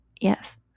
Yes